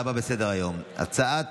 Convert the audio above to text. קובע שהצעת